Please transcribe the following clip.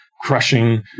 crushing